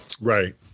Right